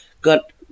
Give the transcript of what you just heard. Got